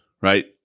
right